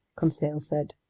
conseil said.